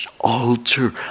Alter